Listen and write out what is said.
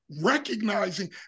recognizing